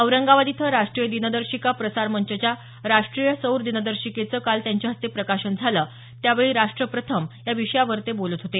औरंगाबाद इथं राष्ट्रीय दिनदर्शिका प्रसार मंचाच्या राष्टीय सौर दिनदर्शिकेचं काल त्यांच्या हस्ते प्रकाशन झालं त्यावेळी राष्ट प्रथम या विषयावर ते बोलत होते